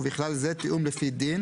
ובכלל זה תיאום לפי דין